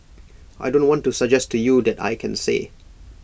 I don't want to suggest to you that I can say